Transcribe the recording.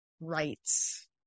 rights